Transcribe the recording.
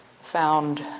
found